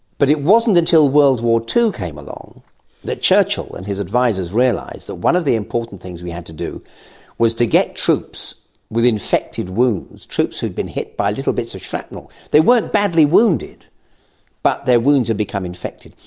but it wasn't until world war ii came along that churchill and his advisers realised that one of the important things we had to do was to get troops with infected wounds, troops who had been hit by little bits of shrapnel, they weren't badly wounded but their wounds had become infected,